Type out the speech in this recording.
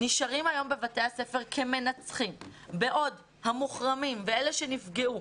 נשארים היום בבתי הספר כמנצחים בעוד המוחרמים ואלה שנפגעו